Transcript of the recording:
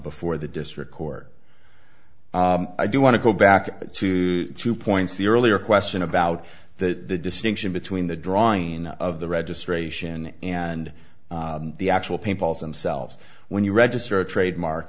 before the district court i do want to go back to two points the earlier question about the distinction between the drawing of the registration and the actual peoples and selves when you register a trademark